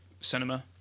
cinema